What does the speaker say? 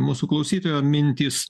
mūsų klausytojo mintys